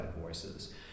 voices